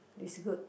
is good